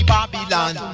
Babylon